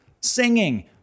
singing